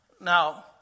Now